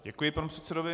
Děkuji panu předsedovi.